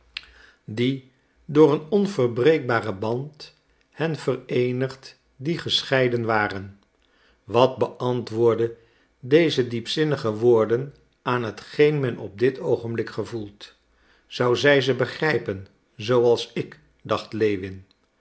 die door een onverbreekbaren band hen vereenigt die gescheiden waren wat beantwoordden deze diepzinnige woorden aan hetgeen men op dit oogenblik gevoelt zou zij ze begrijpen zooals ik dacht lewin